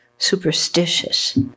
superstitious